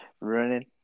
running